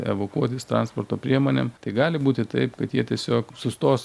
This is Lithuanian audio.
evakuotis transporto priemonėm tai gali būti taip kad jie tiesiog sustos